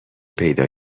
پیدا